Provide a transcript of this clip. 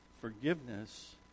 forgiveness